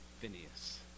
Phineas